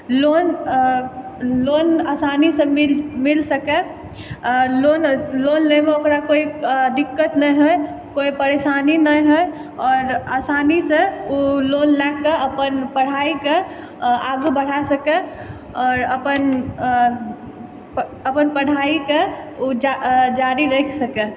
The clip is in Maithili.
लोन लोन आसानी से मिल सकै लोन लोन लेइमे कोई ओकरा दिक्कत नहि होइ कोई परेशानी नहि होइ आओर आसानी से ओ लोन लए कऽ अपन पढ़ाइके आगू बढ़ा सकय और अपन अपन पढ़ाइके ओ जारी राखि सकय